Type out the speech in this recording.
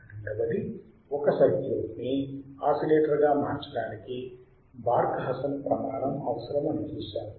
రెండవది ఒక సర్క్యూట్ ని ఆసిలేటర్గా మార్చడానికి బార్క్ హాసన్ ప్రమాణం అవసరం అని చూశాము